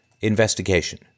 investigation